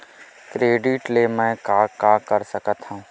Credit ले मैं का का कर सकत हंव?